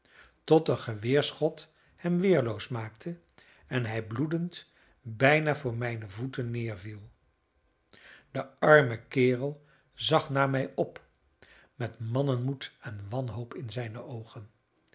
tot een geweerschot hem weerloos maakte en hij bloedend bijna voor mijne voeten neerviel de arme kerel zag naar mij op met mannenmoed en wanhoop in zijne oogen